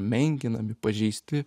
menkinami pažeisti